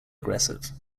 aggressive